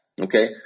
Okay